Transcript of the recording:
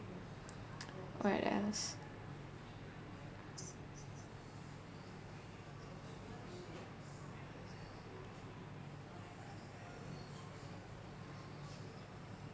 what else